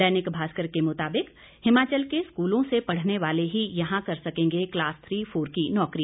दैनिक भास्कर के मुताबिक हिमाचल के स्कूलों से पढ़ने वाले ही यहां कर सकेंगे क्लास थ्री फोर की नौकरी